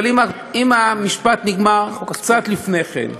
אבל אם המשפט נגמר קצת לפני כן,